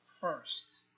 first